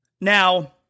Now